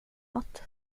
något